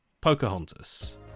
Pocahontas